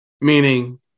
meaning